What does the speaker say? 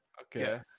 Okay